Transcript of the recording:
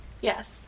Yes